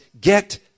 get